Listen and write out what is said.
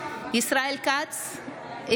ישראל כץ,